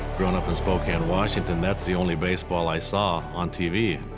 growing up in spokane, washington, that's the only baseball i saw on tv.